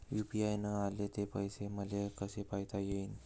UPI न आले ते पैसे मले कसे पायता येईन?